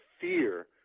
fear